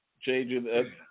Changing